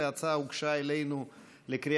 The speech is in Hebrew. התשע"ט 2018. ההצעה הוגשה לנו לקריאה